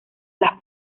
las